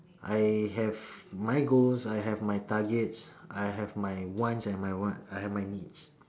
I have my goals I have my targets I have my wants and my want I have my needs